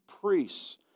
priests